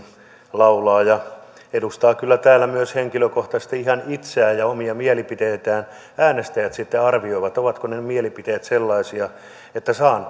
laulaa ja edustaa kyllä täällä myös henkilökohtaisesti ihan itseään ja omia mielipiteitään äänestäjät sitten arvioivat ovatko ne ne mielipiteet sellaisia että saan